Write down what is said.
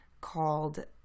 called